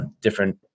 different